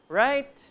right